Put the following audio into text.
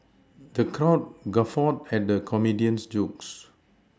the count guffawed at the comedian's jokes